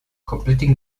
completing